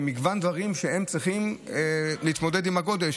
מגוון דברים שצריכים כדי להתמודד עם הגודש.